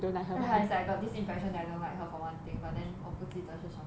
like I got this impression that I don't like her for one thing but then 我不记得是什么了